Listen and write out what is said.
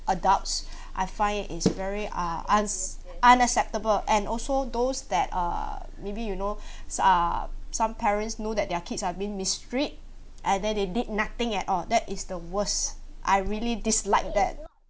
adults I find it it's very ah un~ unacceptable and also those that err maybe you know ah some parents know that their kids are being mistreated and then they did nothing at all that is the worst I really dislike that